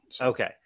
Okay